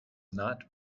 not